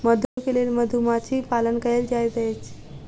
मधु के लेल मधुमाछी पालन कएल जाइत अछि